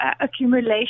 accumulation